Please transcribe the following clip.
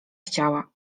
chciała